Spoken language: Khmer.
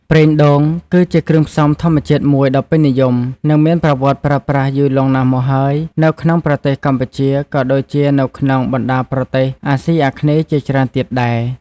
ប្រេងដូង គឺជាគ្រឿងផ្សំធម្មជាតិមួយដ៏ពេញនិយម និងមានប្រវត្តិប្រើប្រាស់យូរលង់ណាស់មកហើយនៅក្នុងប្រទេសកម្ពុជាក៏ដូចជានៅក្នុងបណ្តាប្រទេសអាស៊ីអាគ្នេយ៍ជាច្រើនទៀតដែរ។